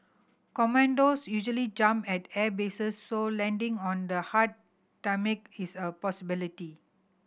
commandos usually jump at airbases so landing on the hard tarmac is a possibility